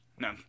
no